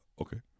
Okay